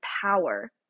power